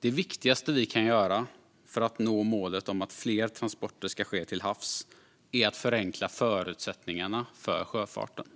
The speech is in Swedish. Det viktigaste vi kan göra för att nå målet om att fler transporter ska ske till havs är att förenkla förutsättningarna för sjöfarten.